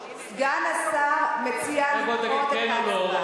סגן השר מציע לדחות את ההצבעה.